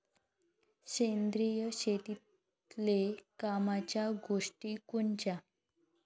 सेंद्रिय शेतीतले कामाच्या गोष्टी कोनच्या?